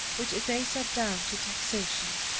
which they set down to taxation,